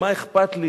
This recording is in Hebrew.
מה אכפת לי?